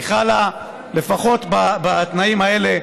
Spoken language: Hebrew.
היא חלה, לפחות בתנאים האלה,